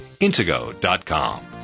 Intego.com